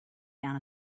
down